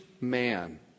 man